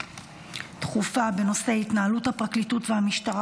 הדחופה בנושא: התנהלות הפרקליטות והמשטרה